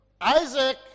Isaac